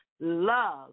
love